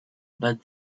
but